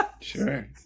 Sure